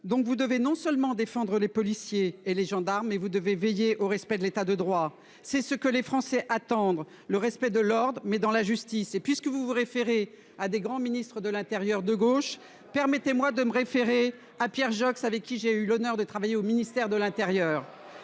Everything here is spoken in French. donc vous devez non seulement défendre les policiers et les gendarmes et vous devez veiller au respect de l'État de droit. C'est ce que les Français attendre le respect de l'ordre mais dans la justice et puisque vous vous référez à des grands Ministre de l'Intérieur de gauche, permettez-moi de me référer à Pierre Joxe avec qui j'ai eu l'honneur de travailler au ministère de l'Intérieur.